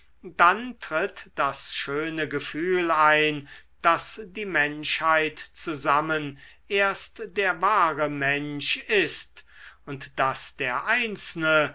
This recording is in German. dann tritt das schöne gefühl ein daß die menschheit zusammen erst der wahre mensch ist und daß der einzelne